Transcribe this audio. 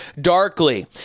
darkly